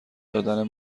دادن